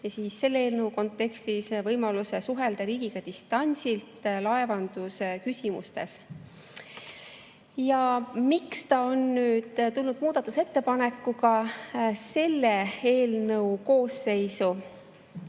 ja selle eelnõu kontekstis võimaluse suhelda riigiga distantsilt laevanduse küsimustes. Miks on see nüüd tulnud muudatusettepanekuga selle eelnõu koosseisu?